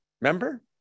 remember